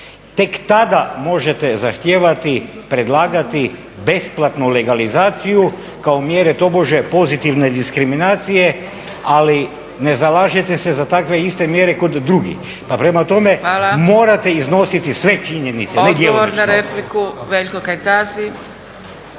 tek tada možete zahtijevati, predlagati besplatnu legalizaciju kao mjere tobože pozitivne diskriminacije ali ne zalažete se za takve iste mjere kod drugih. Pa prema tome morate iznositi sve činjenice,